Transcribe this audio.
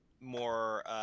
more